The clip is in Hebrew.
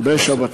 בשבתות.